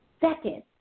second